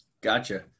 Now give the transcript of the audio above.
Gotcha